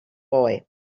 boy